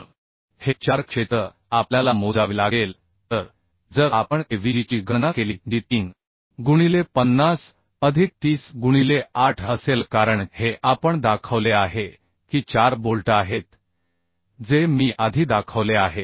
तर हे 4 क्षेत्र आपल्याला मोजावे लागेल तर जर आपण avg ची गणना केली जी 3 गुणिले 50 अधिक 30 गुणिले 8 असेल कारण हे आपण दाखवले आहे की 4 बोल्ट आहेत जे मी आधी दाखवले आहेत